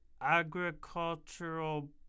agricultural